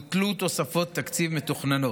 ובוטלו תוספות תקציב מתוכננות.